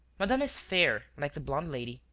madame is fair, like the blonde lady.